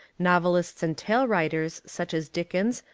novelists and tale writers such as dickens,